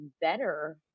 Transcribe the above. better